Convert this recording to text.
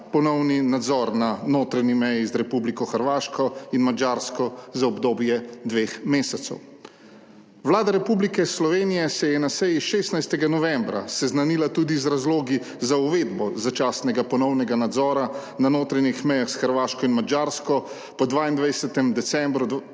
ponovni nadzor na notranji meji z Republiko Hrvaško in Madžarsko za obdobje dveh mesecev. Vlada Republike Slovenije se je na seji 16. novembra seznanila tudi z razlogi za uvedbo začasnega ponovnega nadzora na notranjih mejah s Hrvaško in Madžarsko po 22. decembru